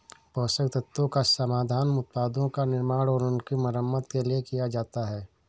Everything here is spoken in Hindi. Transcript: पोषक तत्वों का समाधान उत्तकों का निर्माण और उनकी मरम्मत के लिए किया जाता है